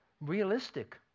realistic